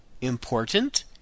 important